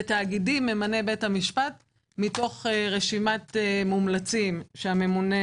בתאגידים ממנה בית המשפט מתוך רשימת מומלצים שהממונה